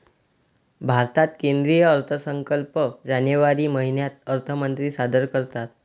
भारतात केंद्रीय अर्थसंकल्प जानेवारी महिन्यात अर्थमंत्री सादर करतात